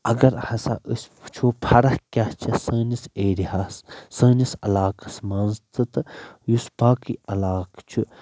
اگرہسا أسۍ وٕچھو فرق کیاہ چھِ سٲنس ایرِیاہس سٲنس علاقس منٛز تہٕ تہٕ یُس باقٕے علاقہٕ چھُ